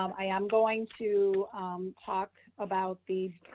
um i am going to talk about the